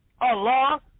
Allah